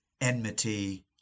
enmity